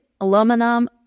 aluminum